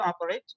operate